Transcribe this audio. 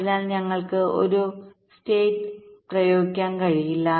അതിനാൽ ഞങ്ങൾക്ക് ഒരു സംസ്ഥാനം പ്രയോഗിക്കാൻ കഴിയില്ല